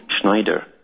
Schneider